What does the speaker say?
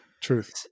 Truth